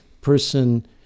person